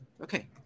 Okay